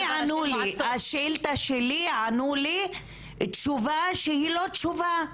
לי ענו, לשאילתה שלי ענו לי תשובה שהיא לא תשובה.